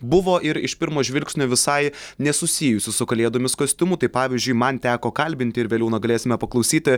buvo ir iš pirmo žvilgsnio visai nesusijusių su kalėdomis kostiumų tai pavyzdžiui man teko kalbint ir vėliau na galėsime paklausyti